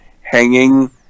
hanging